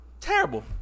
terrible